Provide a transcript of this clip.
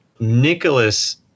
Nicholas